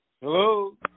Hello